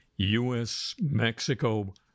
U.S.-Mexico